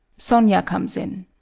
sonia comes in.